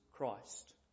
Christ